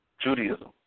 Judaism